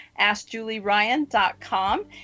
AskJulieRyan.com